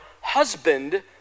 husband